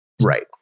right